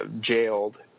jailed